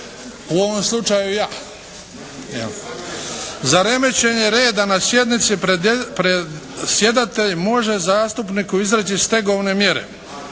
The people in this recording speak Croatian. U ovom slučaju ja. “Za remećenje reda na sjednici predsjedatelj može zastupniku izreći stegovne mjere.“